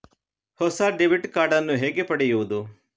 ಹೊಸ debit card ನ್ನು ಹೇಗೆ ಪಡೆಯುದು?